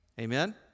Amen